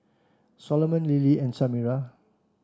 Soloman Lily and Samira